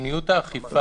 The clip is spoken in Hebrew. מדיניות האכיפה,